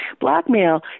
blackmail